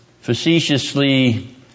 facetiously